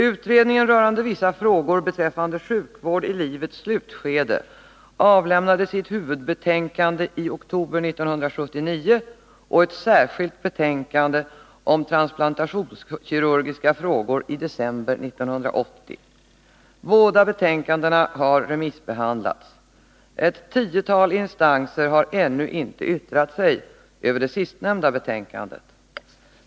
Utredningen rörande vissa frågor beträffande sjukvård i livets slutskede avlämnade sitt huvudbetänkande i oktober 1979 och ett särskilt betänkande om transplantationskirurgiska frågor i december 1980. Båda betänkandena har remissbehandlats. Ett tiotal instanser har ännu inte yttrat sig över det sistnämnda betänkandet.